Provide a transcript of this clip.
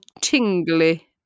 tingly